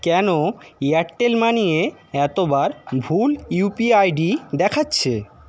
কেনো এয়ারটেল মানিয়ে এতবার ভুল ইউপি আইডি দেখাচ্ছে